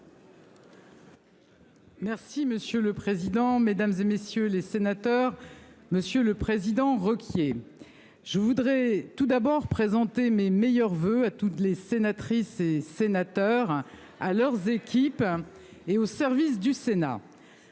Merci monsieur le président, Mesdames, et messieurs les sénateurs, Monsieur le Président requiers je voudrais tout d'abord présenter mes meilleurs voeux à toutes les sénatrices et sénateurs à leurs équipes. Et au service du Sénat.